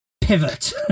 pivot